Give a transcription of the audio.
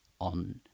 on